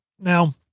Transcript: Now